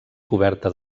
coberta